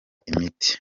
imiti